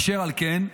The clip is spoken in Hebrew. אשר על כן,